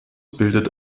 bildet